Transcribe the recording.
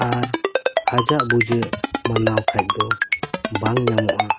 ᱟᱨ ᱦᱟᱡᱟᱜ ᱵᱩᱡᱟᱹᱜ ᱢᱟᱱᱟᱣ ᱠᱷᱟᱱ ᱫᱚ ᱵᱟᱝ ᱧᱟᱢᱚᱜᱼᱟ